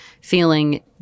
feeling